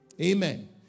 Amen